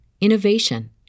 innovation